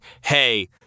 hey